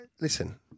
listen